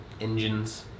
engines